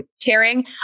tearing